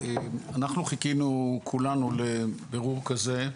אגיד שאנחנו חיכינו כולנו לבירור כזה,